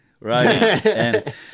Right